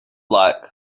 like